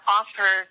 offer